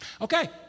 Okay